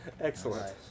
Excellent